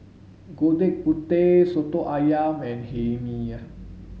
gudeg putih soto ayam and hae mee